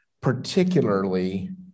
particularly